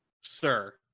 sir